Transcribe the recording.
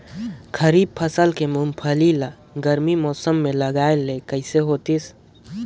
खरीफ फसल के मुंगफली ला गरमी मौसम मे लगाय ले कइसे होतिस?